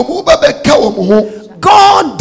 God